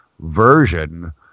version